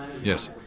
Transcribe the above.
Yes